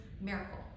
miracle